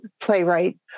playwright